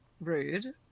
rude